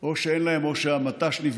לא שייך